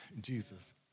Jesus